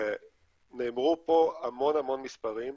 נאמרו פה המון המון מספרים,